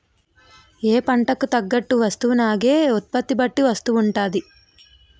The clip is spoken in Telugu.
ఏ పంటకు తగ్గ వస్తువునాగే ఉత్పత్తి బట్టి వస్తువు ఉంటాది